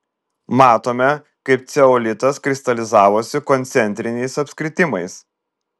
matome kaip ceolitas kristalizavosi koncentriniais apskritimais